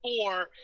four